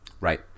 Right